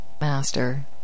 master